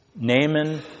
Naaman